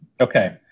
okay